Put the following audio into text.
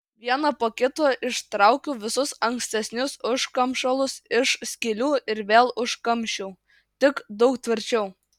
vieną po kito ištraukiau visus ankstesnius užkamšalus iš skylių ir vėl užkamšiau tik daug tvirčiau